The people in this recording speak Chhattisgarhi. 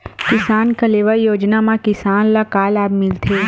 किसान कलेवा योजना म किसान ल का लाभ मिलथे?